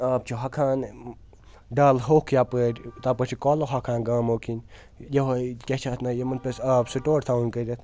آب چھُ ہۄکھان ڈَل ہوٚکھ یَپٲرۍ تَپٲرۍ چھِ کۄلہٕ ہۄکھان گامو کِنۍ یِہوٚے کیٛاہ چھِ اَتھ نہ یِمَن پَزِ آب سٹور تھاوُن کٔرِتھ